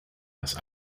las